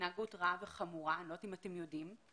התנהגות רעה וחמורה- אני לא יודעת אם אתם יודעים זאת